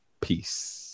Peace